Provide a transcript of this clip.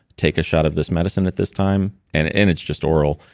take a shot of this medicine at this time. and and it's just oral,